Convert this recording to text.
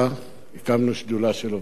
הקמנו שדולה של עובדים סוציאליים.